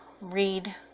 read